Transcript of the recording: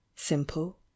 simple